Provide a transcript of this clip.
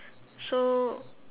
so